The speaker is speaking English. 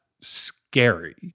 scary